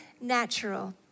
natural